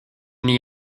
n’y